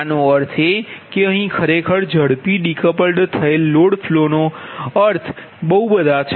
આનો અર્થ એ કે અહીં ખરેખર ઝડપી ડીકપલ્ડ થયેલ લોડ ફ્લોના અર્થ ઘણાં બધાં છે